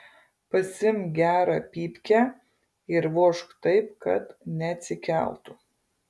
pasiimk gerą pypkę ir vožk taip kad neatsikeltų